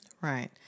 Right